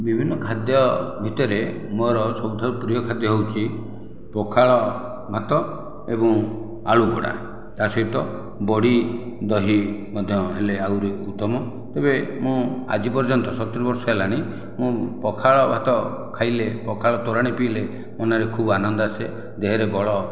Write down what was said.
ବିଭିନ୍ନ ଖାଦ୍ୟ ଭିତରେ ମୋର ସବୁଠାରୁ ପ୍ରିୟ ଖାଦ୍ୟ ହେଉଛି ପଖାଳ ଭାତ ଏବଂ ଆଳୁ ପୋଡ଼ା ତା ସହିତ ବଡ଼ି ଦହି ମଧ୍ୟ ହେଲେ ଆହୁରି ଉତ୍ତମ ତେବେ ମୁଁ ଆଜି ପର୍ଯ୍ୟନ୍ତ ସତୁରି ବର୍ଷ ହେଲାଣି ମୁଁ ପଖାଳ ଭାତ ଖାଇଲେ ପଖାଳ ତୋରାଣି ପିଇଲେ ମନରେ ଖୁବ ଆନନ୍ଦ ଆସେ ଦେହରେ ବଳ